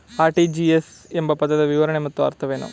RTGS ಎಂಬ ಪದದ ವಿವರಣೆ ಮತ್ತು ಅರ್ಥವೇನು?